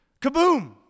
Kaboom